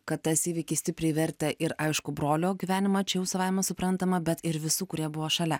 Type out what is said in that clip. kad tas įvykis stipriai vertė ir aišku brolio gyvenimą čia jau savaime suprantama bet ir visų kurie buvo šalia